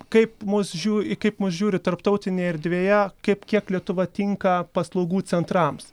kaip mus žiū į kaip mus žiūri tarptautinėj erdvėje kaip kiek lietuva tinka paslaugų centrams